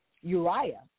Uriah